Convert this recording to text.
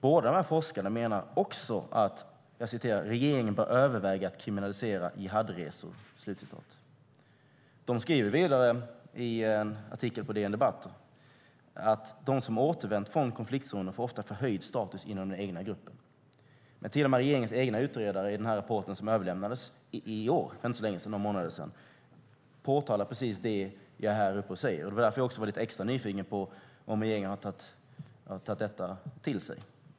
Båda dessa forskare menar också att regeringen bör överväga att kriminalisera jihadresor. De skriver vidare i en artikel på DN Debatt att de som har återvänt från konfliktzoner ofta får förhöjd status inom den egna gruppen. Till och med regeringens egen utredare i den rapport som överlämnades i år, för några månader sedan, påtalar alltså precis det jag står här och säger. Det är därför jag var lite extra nyfiken på om regeringen har tagit detta till sig.